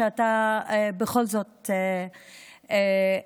שאתה בכל זאת החלטת,